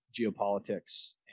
geopolitics